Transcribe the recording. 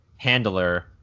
handler